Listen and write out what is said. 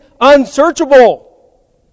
unsearchable